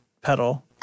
pedal